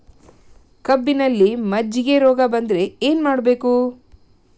ಕಬ್ಬಿನಲ್ಲಿ ಮಜ್ಜಿಗೆ ರೋಗ ಬಂದರೆ ಏನು ಮಾಡಬೇಕು?